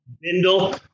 Bindle